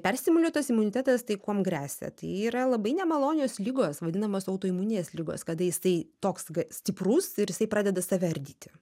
perstimuliuotas imunitetas tai kuom gresia tai yra labai nemalonios ligos vadinamos autoimuninės ligos kada jisai toks ga stiprus ir jisai pradeda save ardyti